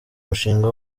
umushinga